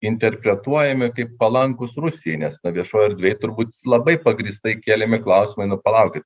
interpretuojami kaip palankūs rusijai nes viešoje erdvėje turbūt labai pagrįstai keliami klausimai nu palaukit